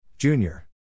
Junior